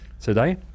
today